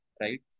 right